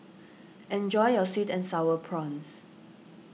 enjoy your Sweet and Sour Prawns